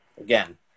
again